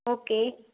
okay